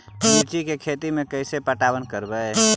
मिर्ची के खेति में कैसे पटवन करवय?